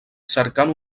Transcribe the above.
cercant